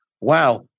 wow